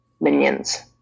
minions